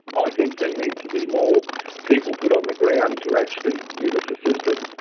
i think there needs to be more people put on the ground to actually give us assistance,